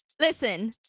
Listen